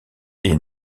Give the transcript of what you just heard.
est